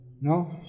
No